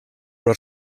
però